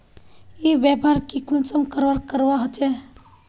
ई व्यापार की कुंसम करवार करवा होचे?